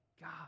God